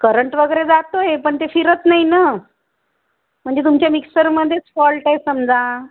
current वगैरे जातो आहे पण ते फिरत नाही न म्हणजे तुमच्या मिक्सरमध्येच फॉल्ट आहे समजा